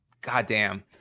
goddamn